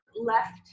left